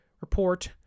report